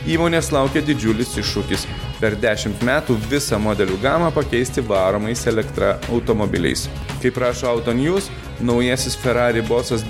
įmonės laukia didžiulis iššūkis per dešimt metų visą modelių gamą pakeisti varomais elektra automobiliais kaip rašo auto news naujasis ferrari bosas